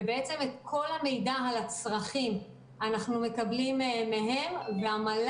את כל המידע על הצרכים אנחנו מקבלים מהמל"ל,